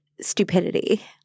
stupidity